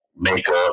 makeup